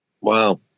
Wow